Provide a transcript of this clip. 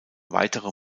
weitere